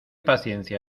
paciencia